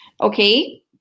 okay